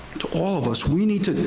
to all of us, we need to,